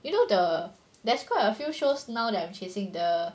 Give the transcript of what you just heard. you know the there's quite a few shows now that I'm chasing the